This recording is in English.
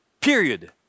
period